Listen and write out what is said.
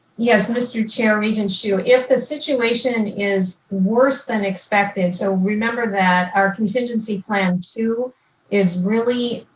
yes, mr. chair, regent hsu, if the situation is worse than expected, so remember that our contingency plan two is really,